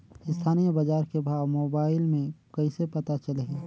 स्थानीय बजार के भाव मोबाइल मे कइसे पता चलही?